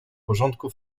porządku